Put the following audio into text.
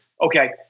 okay